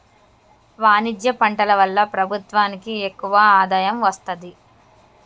వాణిజ్య పంటల వల్ల ప్రభుత్వానికి ఎక్కువ ఆదాయం వస్తది